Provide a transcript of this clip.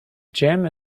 gem